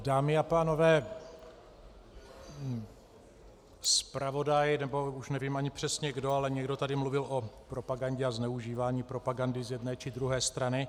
Dámy a pánové, zpravodaj, nebo už ani nevím přesně kdo, ale někdo tady mluvil o propagandě a zneužívání propagandy z jedné či z druhé strany.